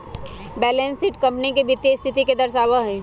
balance sheet company के वित्तीय स्थिति के दर्शावा हई